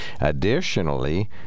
Additionally